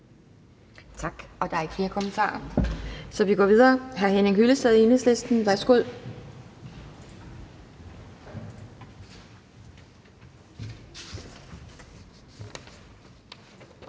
Tak. Der er ikke flere kommentarer, og så går vi videre til hr. Henning Hyllested, Enhedslisten. Værsgo.